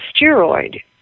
steroid